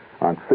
on